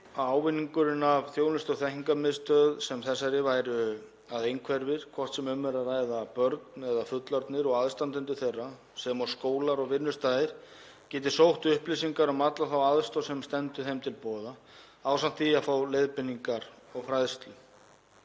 ávinningurinn af þjónustu- og þekkingarmiðstöð sem þessari væri að einhverfir, hvort sem um er að ræða börn eða fullorðna og aðstandendur þeirra, og jafnframt skólar og vinnustaðir geti sótt upplýsingar um alla þá aðstoð sem stendur þeim til boða ásamt því að fá leiðbeiningar og fræðslu.